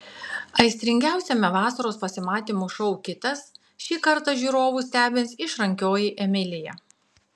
aistringiausiame vasaros pasimatymų šou kitas šį kartą žiūrovus stebins išrankioji emilija